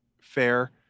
fair